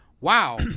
Wow